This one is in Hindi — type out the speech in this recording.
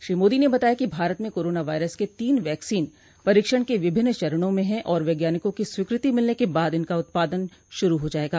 श्री मोदी ने बताया कि भारत में कारोना वायरस क तीन वैक्सीन परीक्षण के विभिन्न चरणों में हैं और वैज्ञानिकों की स्वीकृति मिलने के बाद इनका उत्पादन शुरू हो जायेगा